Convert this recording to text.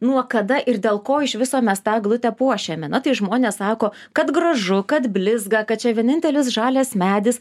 nuo kada ir dėl ko iš viso mes tą eglutę puošiame na tai žmonės sako kad gražu kad blizga kad čia vienintelis žalias medis